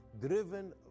driven